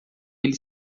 eles